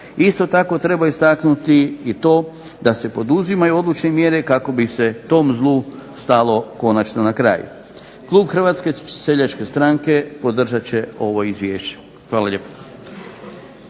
Isto tako treba istaknuti i to da se poduzimaju odlučne mjere kako bi se tom zlu stalo konačno na kraj. Klub Hrvatske seljačke stranke podržat će ovo izvješće. Hvala lijepo.